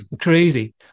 Crazy